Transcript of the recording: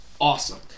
awesome